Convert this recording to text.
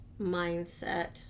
mindset